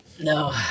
No